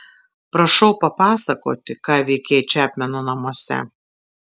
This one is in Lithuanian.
prašau papasakoti ką veikei čepmeno namuose